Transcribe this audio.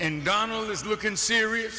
and donald is looking serious